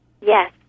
Yes